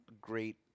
great